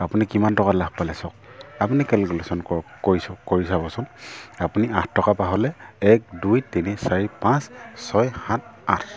আপুনি কিমান টকা লাভ পালে চক আপুনি কেলকুলেশ্যন কৰক কৰি চাওক কৰি চাবচোন আপুনি আঠ টকাৰ পৰা হ'লে এক দুই তিনি চাৰি পাঁচ ছয় সাত আঠ